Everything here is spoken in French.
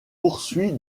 poursuit